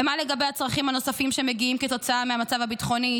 ומה לגבי הצרכים הנוספים שמגיעים כתוצאה מהמצב הביטחוני?